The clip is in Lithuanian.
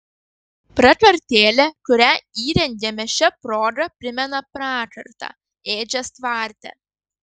prakartėlė kurią įrengiame šia proga primena prakartą ėdžias tvarte